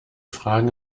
fragen